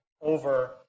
over